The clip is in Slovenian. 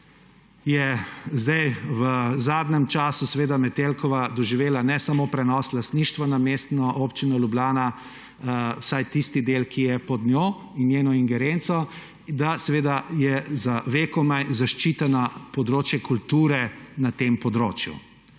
je zdaj v zadnjem času seveda Metelkova doživela ne samo prenos lastništva na Mestno občino Ljubljana, vsaj tisti del, ki je pod njo in njeno ingerenco, da seveda je za vekomaj zaščiteno področje kulture na tem področju.